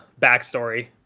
backstory